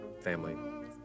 Family